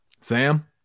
Sam